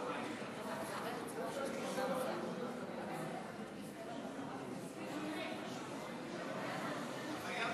אתה חייב